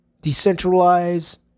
decentralized